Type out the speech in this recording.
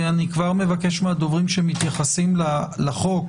ואני כבר מבקש מהדוברים שמתייחסים לחוק